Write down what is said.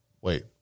wait